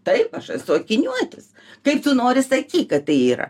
taip aš esu akiniuotis kaip tu nori sakyk kad tai yra